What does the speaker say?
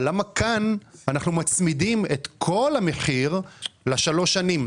אבל למה כאן אנחנו מצמידים את כל המחיר לשלוש השנים?